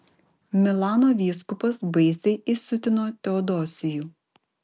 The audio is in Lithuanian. milano vyskupas baisiai įsiutino teodosijų